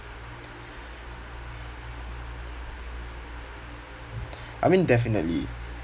I mean definitely